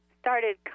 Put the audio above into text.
started